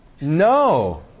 No